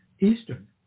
Eastern